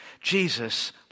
Jesus